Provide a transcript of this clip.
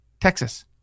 texas